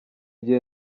gihe